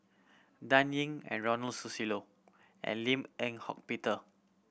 Dan Ying and Ronald Susilo and Lim Eng Hock Peter